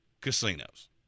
casinos